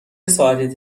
ساعتی